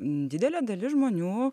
didelė dalis žmonių